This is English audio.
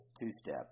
two-step